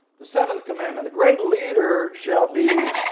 the seventh commandment the great leader shall be